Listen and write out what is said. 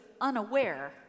unaware